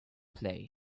play